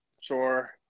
Sure